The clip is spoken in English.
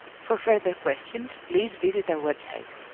for further questions, please visit our website